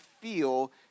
feel